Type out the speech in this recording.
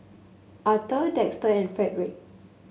Arthor Dexter and Fredrick